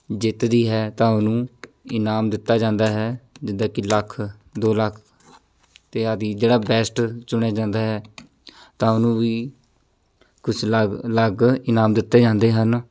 ਜਿੱਤਦੀ ਹੈ ਤਾਂ ਉਹਨੂੰ ਇਨਾਮ ਦਿੱਤਾ ਜਾਂਦਾ ਹੈ ਜਿੱਦਾਂ ਕਿ ਲੱਖ ਦੋ ਲੱਖ ਅਤੇ ਆਦਿ ਜਿਹੜਾ ਬੈਸਟ ਚੁਣਿਆ ਜਾਂਦਾ ਹੈ ਤਾਂ ਉਹਨੂੰ ਵੀ ਕੁਛ ਅਲੱਗ ਅਲੱਗ ਇਨਾਮ ਦਿੱਤੇ ਜਾਂਦੇ ਹਨ